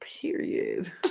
Period